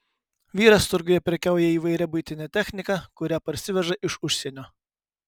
vyras turguje prekiauja įvairia buitine technika kurią parsiveža iš užsienio